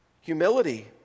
Humility